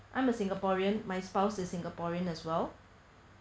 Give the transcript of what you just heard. I'm a singaporean my spouse is singaporean as well